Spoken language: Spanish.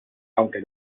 aunque